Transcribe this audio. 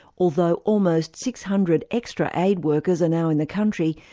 although almost six hundred extra aid workers are now in the country,